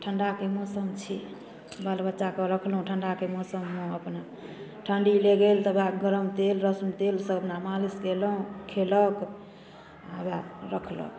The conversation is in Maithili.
ठण्डाके मौसम छी बाल बच्चाके राखलहुँ ठण्डाके मौसममे अपन ठण्डी लागि गेल तऽ वएह गरम तेल रसून तेल सबदिना मालिश केलहुँ खेलक आओर वएह राखलहुँ